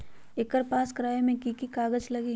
एकर पास करवावे मे की की कागज लगी?